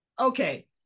Okay